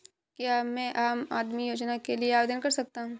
क्या मैं आम आदमी योजना के लिए आवेदन कर सकता हूँ?